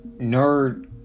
nerd